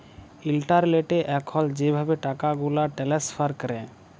ইলটারলেটে এখল যেভাবে টাকাগুলা টেলেস্ফার ক্যরে